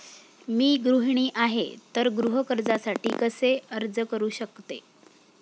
मी गृहिणी आहे तर गृह कर्जासाठी कसे अर्ज करू शकते?